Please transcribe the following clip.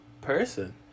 person